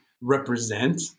represent